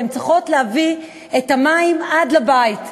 והן צריכות להביא את המים עד לבית.